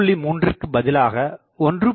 3ற்கு பதிலாக1